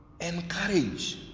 Encourage